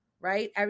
right